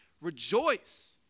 rejoice